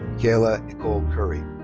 michaela nicole curri.